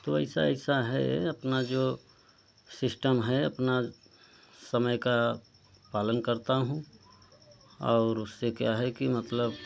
तो ऐसा ऐसा है अपना जो सिस्टम है अपना समय का पालन करता हूँ और उससे क्या है कि मतलब